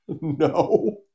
No